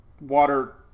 water